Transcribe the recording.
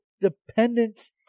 dependence